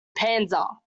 panza